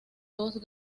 dos